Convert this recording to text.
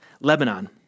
Lebanon